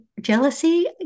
jealousy